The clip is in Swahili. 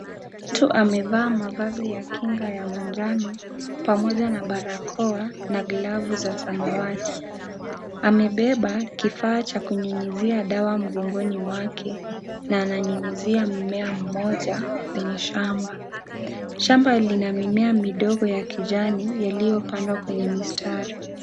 Mtu amevaa mavazi ya kinga ya manjano pamoja na barakoa na glavu za samawati. Amebeba kifaa cha kunyunyizia dawa mgongoni mwake na ananyunyizia mimea mmoja kwenye shamba. Shamba lina mimea midogo ya kijani yaliyopandwa kwenye mistari.